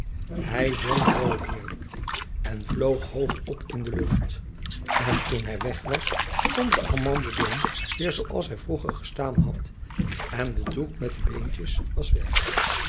hij zong zoo heerlijk en vloog hoog op in de lucht en toen hij weg was stond de amandelboom weer zooals hij vroeger gestaan had en de doek met de beentjes was weg